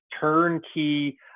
turnkey